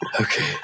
Okay